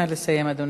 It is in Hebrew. נא לסיים, אדוני.